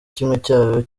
cyayo